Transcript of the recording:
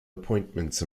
appointments